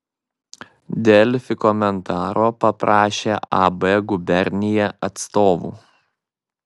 delfi komentaro paprašė ab gubernija atstovų